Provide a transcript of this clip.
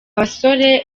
basore